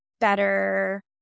better